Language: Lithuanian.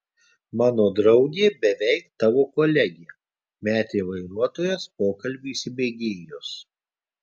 mano draugė beveik tavo kolegė metė vairuotojas pokalbiui įsibėgėjus